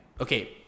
okay